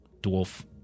Dwarf